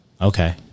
Okay